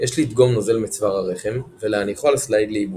- יש לדגום נוזל מצוואר הרחם ולהניחו על סלייד לייבוש.